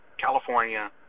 California